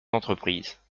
entreprise